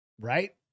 Right